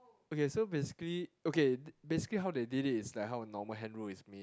okay so basically okay basically how they did it is like how a normal hand roll is made